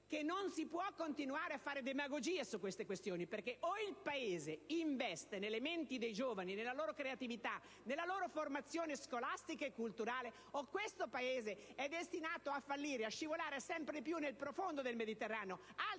non si può continuare a fare demagogia su queste questioni: o il Paese investe nelle menti dei giovani, nella loro creatività, nella loro formazione scolastica e culturale, o questo Paese è destinato a fallire e a scivolare sempre più nel profondo del Mediterraneo, invece